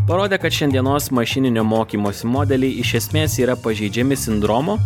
parodė kad šiandienos mašininio mokymosi modeliai iš esmės yra pažeidžiami sindromo